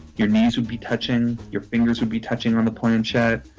your knees would be touching, your fingers would be touching on the planchet,